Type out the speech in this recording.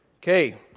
Okay